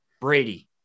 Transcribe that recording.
Brady